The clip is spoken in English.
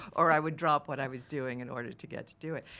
or i would drop what i was doing in order to get to do it.